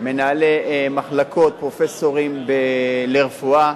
מנהלי מחלקות, פרופסורים לרפואה,